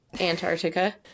Antarctica